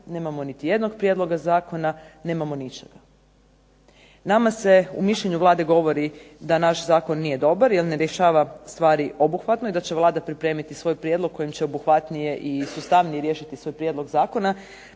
nemamo niti jednog prijedlog zakona, nemamo ničega. Nama se u mišljenju Vlade govori da naš zakon nije dobar jer ne rješava stari obuhvatno i da će Vlada pripremiti svoj prijedlog kojim će obuhvatnije i sustavnije riješiti svoj prijedlog zakona,